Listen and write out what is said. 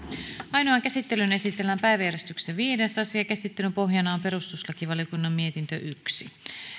ainoaan käsittelyyn esitellään päiväjärjestyksen viides asia käsittelyn pohjana on perustuslakivaliokunnan mietintö yksi